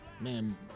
man